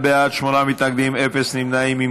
51 בעד, שמונה מתנגדים, אין נמנעים.